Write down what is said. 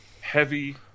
heavy